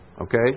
Okay